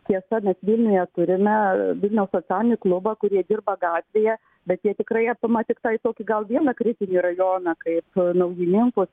tiesa mes vilniuje turime vilniaus socialinį klubą kurie dirba gatvėje bet jie tikrai apima tiktai tokį gal vieną kritinį rajoną kaip naujininkus